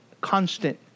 constant